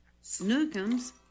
Snookums